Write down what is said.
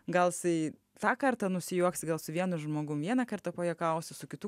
gal jisai tą kartą nusijuoksi gal su vienu žmogum vieną kartą pajuokausi su kitu